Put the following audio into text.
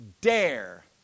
dare